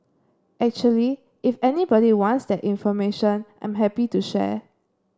actually if anybody wants that information I'm happy to share